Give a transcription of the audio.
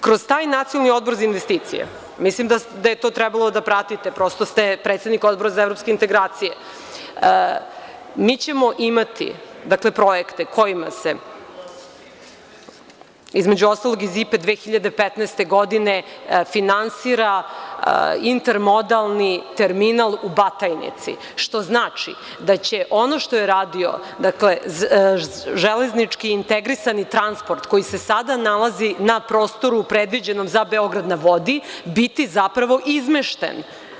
Kroz taj Nacionalni odbor za investicije, mislim da je to trebalo da pratite, prosto ste predsednik Odbora za evropske integracije, mi ćemo imati projekte kojima se između ostalog iz IPE 2015. godine finansira intermodalni terminal u Batajnici, što znači da će ono što je radio železnički integrisani transport koji se sada nalazi na prostoru predviđenom za „Beograd na vodi“ biti zapravo izmešten.